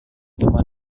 teman